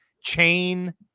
chain